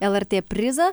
lrt prizą